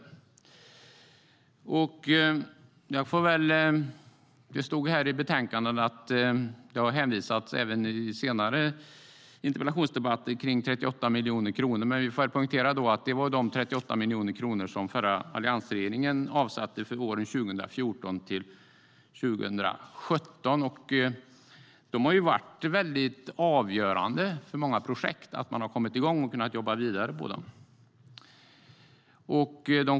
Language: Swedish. Som det står i betänkandet har det i en interpellationsdebatt hänvisats till 38 miljoner kronor, men vi får poängtera att det var de 38 miljoner kronor som alliansregeringen avsatte för åren 2014-2017. De har varit avgörande för att många projekt har kunnat komma igång och jobba vidare.